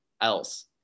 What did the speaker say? else